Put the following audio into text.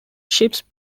ships